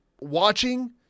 watching